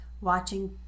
watching